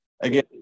again